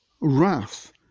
wrath